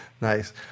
nice